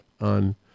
on